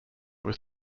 was